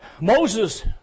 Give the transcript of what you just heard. Moses